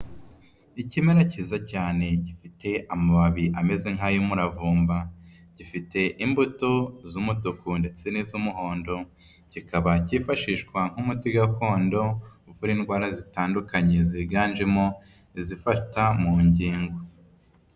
Ikimera kiza cyane gifite amababi ameze nk'ay'umuravumba, gifite imbuto z'umutuku ndetse n'iz'umuhondo, kikaba kifashishwa nk'umuti gakondo uvura indwara zitandukanye ziganjemo izifata mu ngingo.